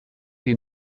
die